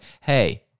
hey